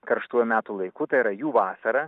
karštuoju metų laiku tai yra jų vasarą